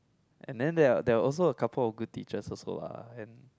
and then there are there are also a couple of good teachers also lah and